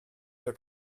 der